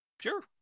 Sure